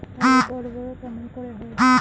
আলু বড় বড় কেমন করে হয়?